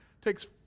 takes